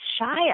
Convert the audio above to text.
Shia